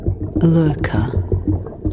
lurker